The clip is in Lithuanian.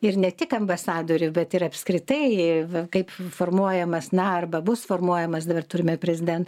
ir ne tik ambasadorių bet ir apskritai va kaip formuojamas na arba bus formuojamas dabar turime prezident